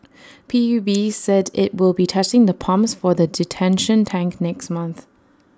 P U B said IT will be testing the pumps for the detention tank next month